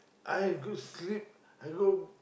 I could sleep I go